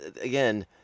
again